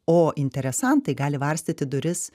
o interesantai gali varstyti duris